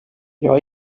jag